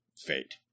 fate